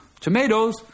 tomatoes